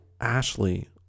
Ashley